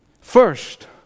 First